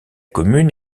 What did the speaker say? commune